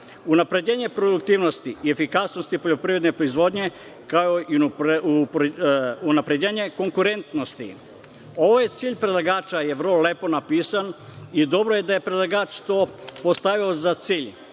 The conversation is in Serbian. unapređenje produktivnosti i efikasnosti poljoprivredne proizvodnje, kao i unapređenje konkurentnosti. Ovaj cilj predlagača je vrlo lepo napisan i dobro je da je predlagač to postavio za cilj,